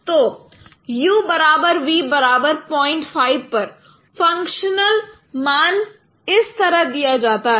तो u बराबर v बराबर 05 पर फंक्शनल मान इस तरह दिया जाता है